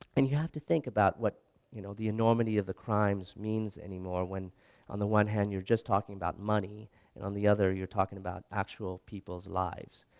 and you have to think about what you know the enormity of the crimes means anymore when on the one hand you're just talking about money and on the other you're talking about actual peoples lives.